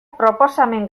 proposamen